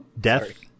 Death